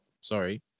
sorry